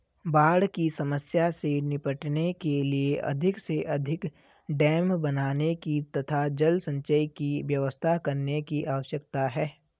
बाढ़ की समस्या से निपटने के लिए अधिक से अधिक डेम बनाने की तथा जल संचय की व्यवस्था करने की आवश्यकता है